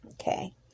Okay